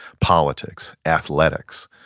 politics, athletics,